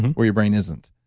where your brain isn't.